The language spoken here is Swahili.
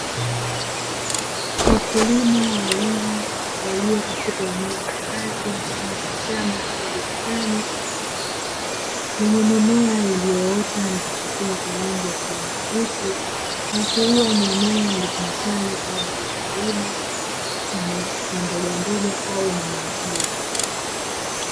Wakulima wawili walio katika eneo la wazi mfano wa shamba au bustani, lenye mimea iliyoota na kuchipua kwa rangi ya kijani kibichi, kuashiria ni eneo litumikalo kwa ajili ya kilimo cha mbogamboga au mimea hiyo.